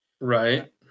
Right